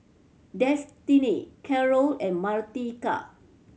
Destini Carroll and Martika